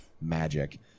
magic